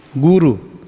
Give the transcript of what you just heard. guru